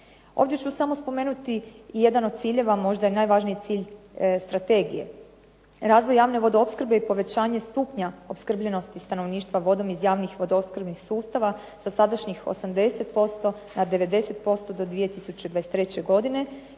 Ovdje ću samo spomenuti jedan od ciljeva, možda je najvažniji cilj strategije. Razvoj javne vodoopskrbe i povećanje stupnja opskrbljenosti stanovništva vodom iz javnih vodoopskrbnih sustava sa sadašnjih 80% na 90% do 2023. godine,